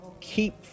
keep